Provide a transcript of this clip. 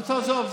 אבל תעזוב,